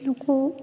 ᱱᱩᱠᱩ